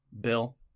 Bill